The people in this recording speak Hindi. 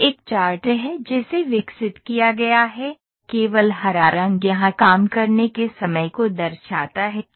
यह एक चार्ट है जिसे विकसित किया गया है केवल हरा रंग यहां काम करने के समय को दर्शाता है